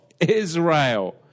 Israel